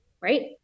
right